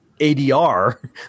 ADR